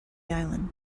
island